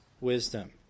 wisdom